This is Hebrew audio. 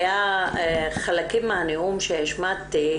חלקים מהנאום שהשמעתי,